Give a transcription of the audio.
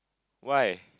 why